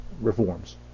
reforms